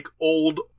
old